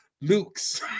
Luke's